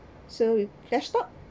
so we press stop